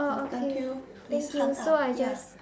oh okay thank you so I just